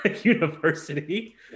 university